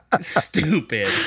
Stupid